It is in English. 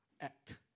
act